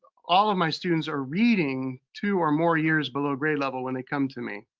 all of my students are reading two or more years below grade level when they come to me.